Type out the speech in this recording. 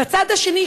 ובצד השני,